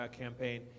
campaign